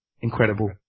Incredible